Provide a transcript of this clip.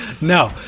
No